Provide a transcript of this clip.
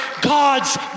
God's